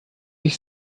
ich